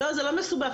זה לא מסובך,